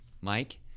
Mike